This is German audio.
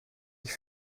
ich